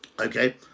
okay